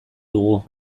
dugu